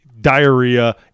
diarrhea